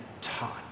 taught